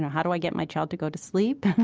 how do i get my child to go to sleep?